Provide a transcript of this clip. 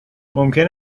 ممکن